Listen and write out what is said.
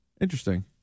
Interesting